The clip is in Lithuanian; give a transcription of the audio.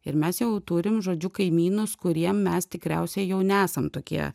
ir mes jau turim žodžiu kaimynus kuriem mes tikriausiai jau nesam tokie